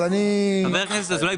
אבל אני חבר הכנסת אזולאי,